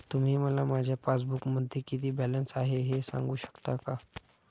तुम्ही मला माझ्या पासबूकमध्ये किती बॅलन्स आहे हे सांगू शकता का?